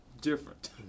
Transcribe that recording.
different